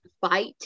fight